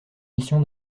mission